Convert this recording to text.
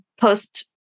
post